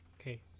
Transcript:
Okay